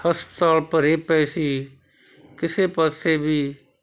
ਹਸਪਤਾਲ ਭਰੇ ਪਏ ਸੀ ਕਿਸੇ ਪਾਸੇ ਵੀ